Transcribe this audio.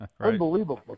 Unbelievable